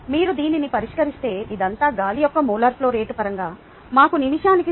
మీరు దీనిని పరిష్కరిస్తే ఇదంతా గాలి యొక్క మోలార్ ఫ్లో రేటు పరంగా మాకు నిమిషానికి 0